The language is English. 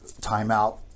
timeout